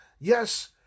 yes